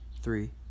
Three